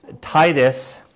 Titus